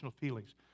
feelings